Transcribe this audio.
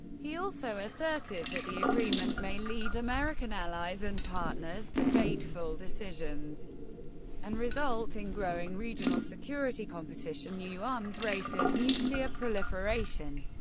he also asserted that the agreement may lead american allies and partners to fateful decisions and result in growing regional security competition, new arms races, nuclear proliferation,